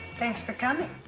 thanks for coming